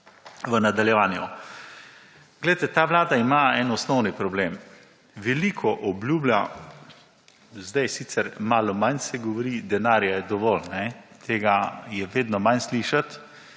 v nadaljevanju. Poglejte, ta Vlada ima en osnovni problem. Veliko obljublja, zdaj sicer malo manj se govori denarja je dovolj, tega je vedno manj slišati,